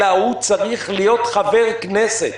אלא הוא צריך להיות חבר כנסת,